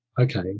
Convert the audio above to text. Okay